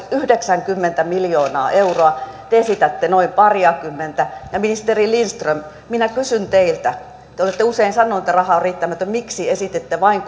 yhdeksänkymmentä miljoonaa euroa te esitätte noin pariakymmentä ministeri lindström minä kysyn teiltä te te olette usein sanonut että raha on riittämätön miksi esitätte vain